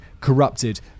corrupted